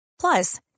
Plus